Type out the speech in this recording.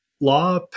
law